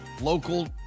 local